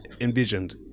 envisioned